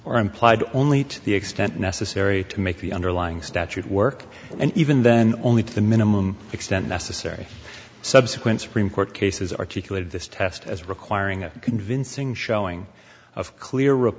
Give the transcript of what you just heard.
or implied only to the extent necessary to make the underlying statute work and even then only to the minimum extent necessary subsequent supreme court cases articulated this test as requiring a convincing showing of clear